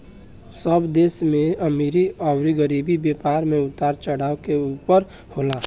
सब देश में अमीरी अउर गरीबी, व्यापार मे उतार चढ़ाव के ऊपर होला